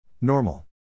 Normal